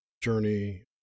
journey